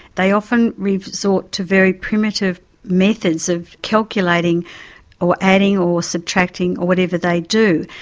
they often resort to very primitive methods of calculating or adding or subtracting or whatever they do.